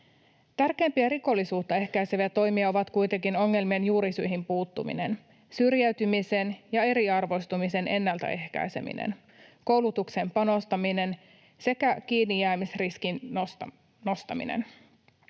Tärkeimpiä rikollisuutta ehkäiseviä toimia ovat kuitenkin ongelmien juurisyihin puuttuminen — syrjäytymisen ja eriarvoistumisen ennaltaehkäiseminen, koulutukseen panostaminen sekä kiinnijäämisriskin nostaminen.